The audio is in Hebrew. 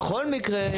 וכל מקרה,